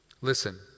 Listen